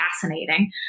fascinating